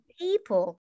people